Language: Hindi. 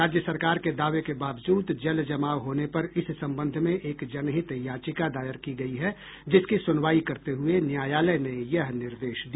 राज्य सरकार के दावे के बावजूद जल जमाव होने पर इस संबंध में एक जनहित याचिका दायर की गयी है जिसकी सुनवाई करते हुए न्यायालय ने यह निर्देश दिया